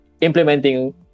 implementing